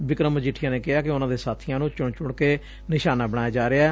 ਬਿਕਰਮ ਮਜੀਠੀਆ ਨੇ ਕਿਹਾ ਕਿ ਉਨਾਂ ਦੇ ਸਾਬੀਆਂ ਨੂੰ ਚੁਣ ਚੁਣ ਕੇ ਨਿਸ਼ਾਨਾ ਬਣਾਇਆ ਜਾ ਰਿਹੈ